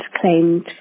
claimed